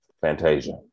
Fantasia